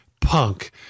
punk